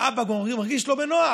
והאבא מרגיש לא בנוח,